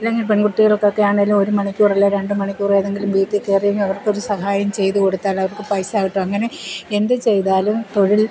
അല്ലെങ്കിൽ പെൺകുട്ടികൾകൊക്കെ ആണേലും ഒരു മണിക്കൂർ അല്ലെ രണ്ട് മണിക്കൂർ ഏതെങ്കിലും വീട്ടിൽ കയറിയെങ്കിൽ അവർക്ക് ഒരു സഹായം ചെയ്തു കൊടുത്താൽ അവർക്ക് പൈസ കിട്ടും അങ്ങനെ എന്ത് ചെയ്താലും തൊഴിൽ